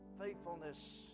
Faithfulness